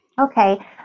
Okay